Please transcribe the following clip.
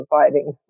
providing